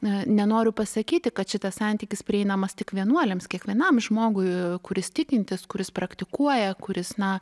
na nenoriu pasakyti kad šitas santykis prieinamas tik vienuoliams kiekvienam žmogui kuris tikintis kuris praktikuoja kuris na